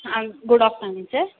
ಹಾಂ good afternoon sir